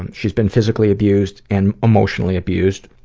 and she's been physically abused and emotionally abused.